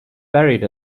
buried